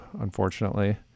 unfortunately